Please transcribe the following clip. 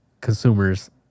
consumers